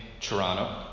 Toronto